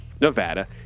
Nevada